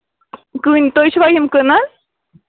کٕنۍ تُہۍ چھُوا یِم کٕنان